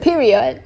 period